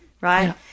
Right